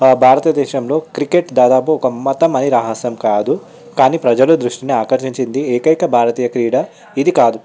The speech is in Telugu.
మా భారతదేశంలో క్రికెట్ దాదాపు ఒక మతం అని రహస్యం కాదు కానీ ప్రజలు దృష్టిని ఆకర్షించింది ఏకైక భారతీయ క్రీడా ఇది కాదు